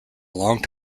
long